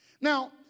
Now